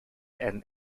and